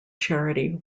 charity